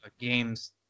games